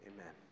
amen